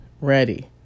ready